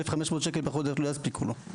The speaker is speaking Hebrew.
1500 שקל לא יספיקו לו.